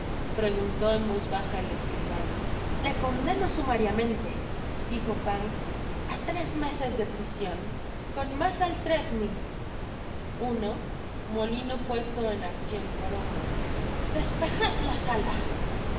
preguntó en voz baja el escribano le condenó sumariamente dijo fang á tres meses de prision con mas al treadmül despejad la sala